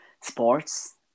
sports